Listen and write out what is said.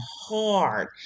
hard